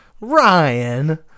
Ryan